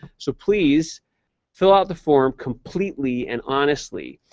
so please fill out the form completely and honestly.